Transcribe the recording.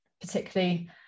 particularly